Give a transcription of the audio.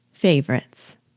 Favorites